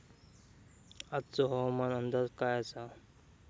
आजचो हवामान अंदाज काय आसा?